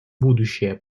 будущее